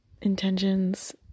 intentions